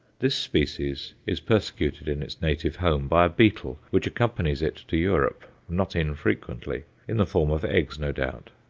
this species is persecuted in its native home by a beetle, which accompanies it to europe not infrequently in the form of eggs, no doubt.